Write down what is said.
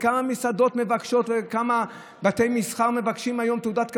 כמה מסעדות וכמה בתי מסחר מבקשים היום תעודת כשרות,